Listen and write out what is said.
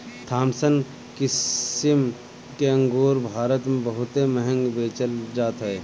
Thompson किसिम के अंगूर भारत में बहुते महंग बेचल जात हअ